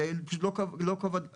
זה לא כבוד המת.